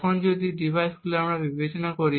এখন যদি আমরা এই ডিভাইসগুলি বিবেচনা করি